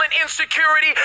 insecurity